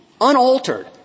unaltered